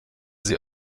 sie